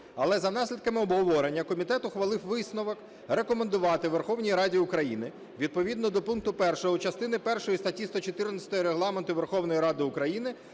Але за наслідками обговорення комітет ухвалив висновок рекомендувати Верховній Раді України відповідно до пункту 1 частини першої статті 114 Регламенту Верховної Ради України